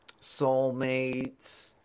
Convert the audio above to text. soulmates